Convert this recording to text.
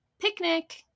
picnic